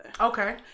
Okay